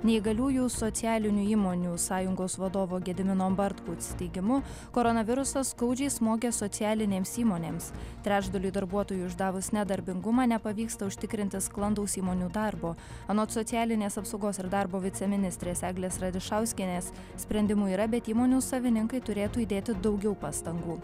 neįgaliųjų socialinių įmonių sąjungos vadovo gedimino bartkaus teigimu koronavirusas skaudžiai smogė socialinėms įmonėms trečdaliui darbuotojų išdavus nedarbingumą nepavyksta užtikrinti sklandaus įmonių darbo anot socialinės apsaugos ir darbo viceministrės eglės radišauskienės sprendimų yra bet įmonių savininkai turėtų įdėti daugiau pastangų